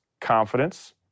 confidence